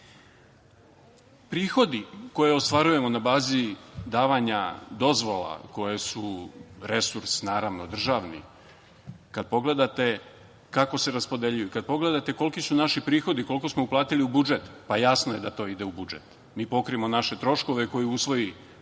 koje ostvarujemo na bazi davanja dozvola koje su resurs, naravno, državni, kad pogledate kako se raspodeljuju, kad pogledate koliki su naši prihodi, koliko smo uplatili u budžet, jasno je da to ide u budžet, mi pokrijemo naše troškove koje usvoji